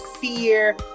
fear